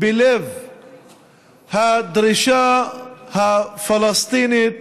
בלב הדרישה הפלסטינית